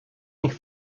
nich